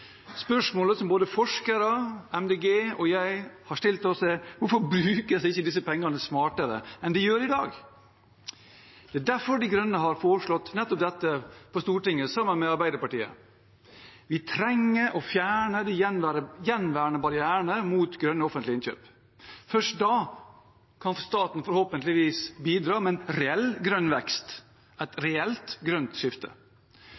Spørsmålet som både forskere, Miljøpartiet De Grønne og jeg har stilt, er: Hvorfor brukes ikke disse pengene smartere enn i dag? Det er derfor De Grønne, sammen med Arbeiderpartiet, har foreslått dette på Stortinget. Vi trenger å fjerne de gjenværende barrierene mot grønne offentlige innkjøp. Først da kan staten – forhåpentligvis – bidra til en reell grønn vekst og et reelt grønt skifte.